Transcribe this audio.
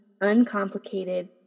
uncomplicated